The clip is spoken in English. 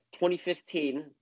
2015